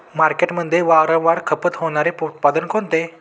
मार्केटमध्ये वारंवार खपत होणारे उत्पादन कोणते?